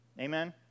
Amen